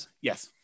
Yes